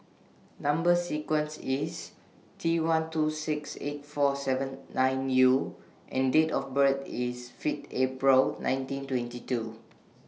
Number sequence IS T one two six eight four seven nine U and Date of birth IS Fifth April nineteen twenty two